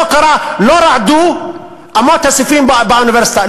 לא רעדו אמות הספים באוניברסיטה,